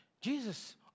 Jesus